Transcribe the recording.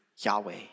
Yahweh